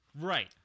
Right